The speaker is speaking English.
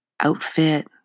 outfit